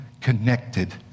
connected